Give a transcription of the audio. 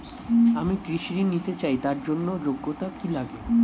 আমি কৃষি ঋণ নিতে চাই তার জন্য যোগ্যতা কি লাগে?